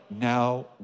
now